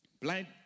blind